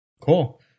Cool